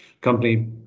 company